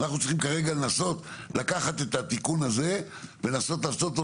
אנחנו צריכים כרגע לנסות לקחת את התיקון הזה ולנסות לעשות אותו.